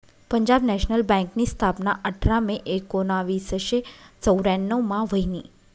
Punjab national बँकनी स्थापना आठरा मे एकोनावीसशे चौर्यान्नव मा व्हयनी